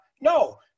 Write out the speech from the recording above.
no